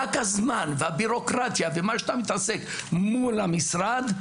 רק הזמן ובירוקרטיה ומה שאתה מתעסק מול המשרד,